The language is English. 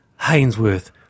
Hainsworth